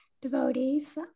devotees